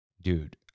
Dude